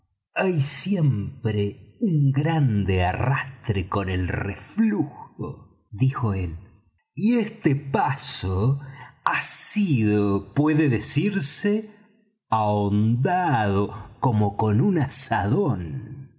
hay siempre un grande arrastre con el reflujo dijo él y este paso ha sido puede decirse ahondado como con un azadón